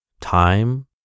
time